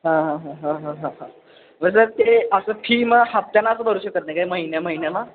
हां हां हां हां ह हां ह मग सर ते असं फी मग हप्त्यानचं भरू शकत नाही का महिन्या महिन्याला